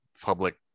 public